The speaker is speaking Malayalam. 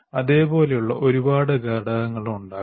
അതുപോലുള്ള ഒരുപാട് ഘടകങ്ങളും ഉണ്ടാകാം